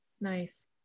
Nice